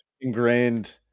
ingrained